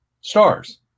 stars